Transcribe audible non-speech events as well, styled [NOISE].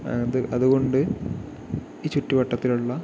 [UNINTELLIGIBLE] അതുകൊണ്ട് ഈ ചുറ്റുവട്ടത്തിലുള്ള